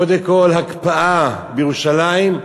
קודם כול, הקפאה בירושלים,